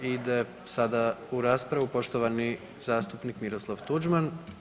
Ide sada u raspravu poštovani zastupnik Miroslav Tuđman.